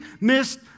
missed